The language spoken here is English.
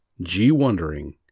G-Wondering